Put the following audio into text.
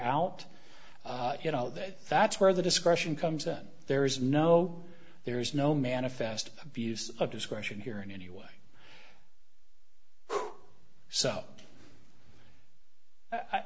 out you know that that's where the discretion comes in there is no there is no manifest abuse of discretion here in any way so i